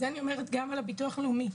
אני אומרת גם לביטוח הלאומי: